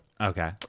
Okay